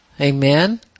amen